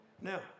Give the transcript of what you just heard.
Now